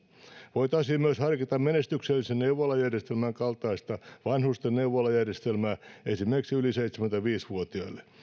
voitaisiin myös harkita menestyksellisen neuvolajärjestelmän kaltaista vanhusten neuvolajärjestelmää esimerkiksi yli seitsemänkymmentäviisi vuotiaille